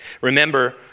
Remember